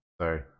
Sorry